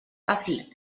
passi